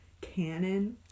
canon